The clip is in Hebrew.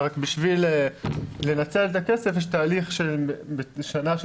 רק בשביל לנצל את הכסף יש תהליך בשנה של